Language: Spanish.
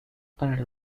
para